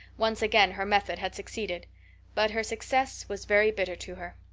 once again her method had succeeded but her success was very bitter to her.